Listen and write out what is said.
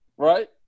Right